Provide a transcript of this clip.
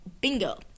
Bingo